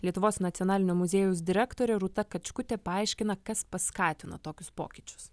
lietuvos nacionalinio muziejaus direktorė rūta kačkutė paaiškina kas paskatino tokius pokyčius